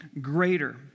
greater